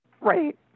Right